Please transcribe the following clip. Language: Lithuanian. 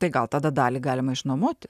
tai gal tada dalį galima išnuomoti